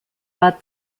war